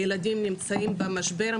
הילדים נמצאים במשבר.